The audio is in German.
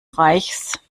reichs